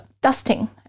Dusting